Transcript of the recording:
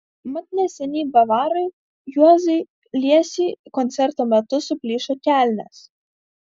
mat neseniai bavarui juozui liesiui koncerto metu suplyšo kelnės